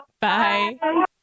Bye